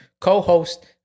Co-host